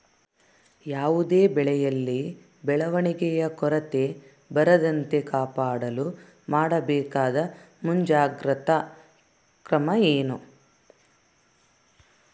ಯಾವುದೇ ಬೆಳೆಯಲ್ಲಿ ಬೆಳವಣಿಗೆಯ ಕೊರತೆ ಬರದಂತೆ ಕಾಪಾಡಲು ಮಾಡಬೇಕಾದ ಮುಂಜಾಗ್ರತಾ ಕ್ರಮ ಏನು?